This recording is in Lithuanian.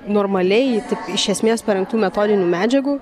normaliai tik iš esmės parengtų metodinių medžiagų